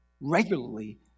regularly